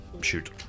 Shoot